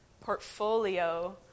portfolio